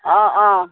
অঁ অঁ